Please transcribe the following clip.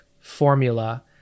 formula